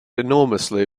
enormously